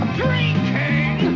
drinking